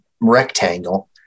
rectangle